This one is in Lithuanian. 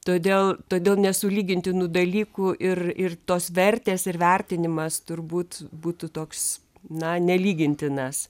todėl todėl nesulygintinų dalykų ir ir tos vertės ir vertinimas turbūt būtų toks na nelygintinas